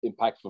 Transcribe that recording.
impactful